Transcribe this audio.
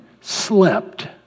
slept